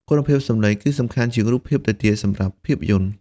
គុណភាពសំឡេង គឺសំខាន់ជាងរូបភាពទៅទៀតសម្រាប់ភាពយន្ត។